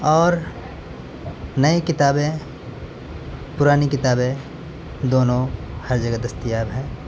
اور نئی کتابیں پرانی کتابیں دونوں ہر جگہ دستیاب ہیں